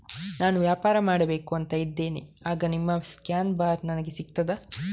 ನಾನು ವ್ಯಾಪಾರ ಮಾಡಬೇಕು ಅಂತ ಇದ್ದೇನೆ, ಆಗ ನಿಮ್ಮ ಸ್ಕ್ಯಾನ್ ಬಾರ್ ನನಗೆ ಸಿಗ್ತದಾ?